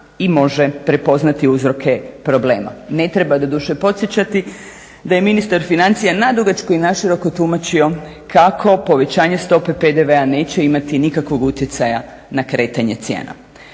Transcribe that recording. i može prepoznati uzroke problema. Ne treba doduše podsjećati da je ministar financija nadugačko i naširoko tumačio kako povećanje stope PDV-a neće imati nikakvog utjecaja na kretanje cijena.